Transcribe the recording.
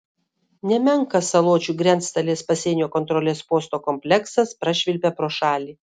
nemenkas saločių grenctalės pasienio kontrolės posto kompleksas prašvilpia pro šalį